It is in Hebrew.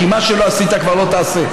כי מה שלא עשית כבר לא תעשה.